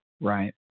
right